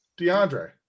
DeAndre